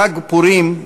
בחג פורים,